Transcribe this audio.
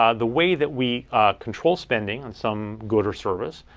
ah the way that we control spending on some good or service,